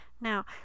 now